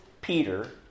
Peter